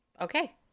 Okay